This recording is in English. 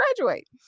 graduate